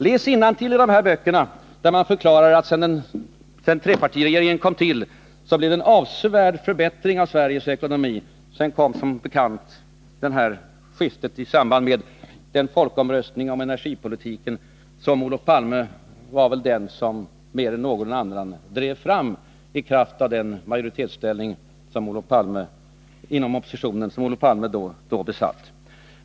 Läs innantill i de här böckerna, där man förklarar att det blev en avsevärd förbättring av Sveriges ekonomi sedan trepartiregeringen kom till! Sedan kom som bekant skiftet före den folkomröstning om energipolitiken som väl Olof Palme mer än någon annan drev fram i kraft av den majoritetsställning inom oppositionen som Olof Palme då innehade.